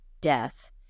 death